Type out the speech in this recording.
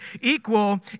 equal